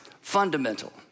fundamental